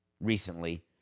recently